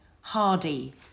hardy